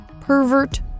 pervert